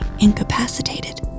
incapacitated